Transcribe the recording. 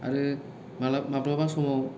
आरो मालाबा माब्लाबा समाव